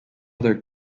other